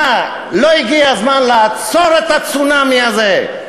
מה, לא הגיע הזמן לעצור את הצונאמי הזה?